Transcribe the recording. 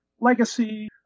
legacy